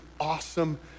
awesome